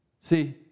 See